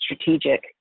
strategic